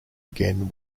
again